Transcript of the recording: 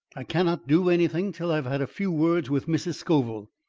i cannot do anything till i have had a few words with mrs. scoville.